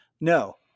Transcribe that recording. No